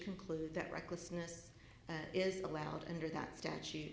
conclude that recklessness is allowed under that statu